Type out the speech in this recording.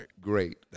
great